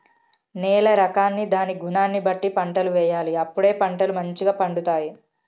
నేల రకాన్ని దాని గుణాన్ని బట్టి పంటలు వేయాలి అప్పుడే పంటలు మంచిగ పండుతాయి